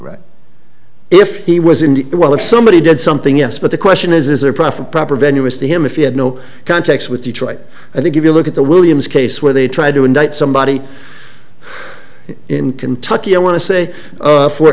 right if he was indeed well if somebody did something yes but the question is is there profit proper venue is to him if he had no contacts with detroit i think if you look at the williams case where they tried to indict somebody in kentucky i want to say